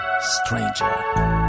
Stranger